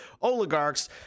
oligarchs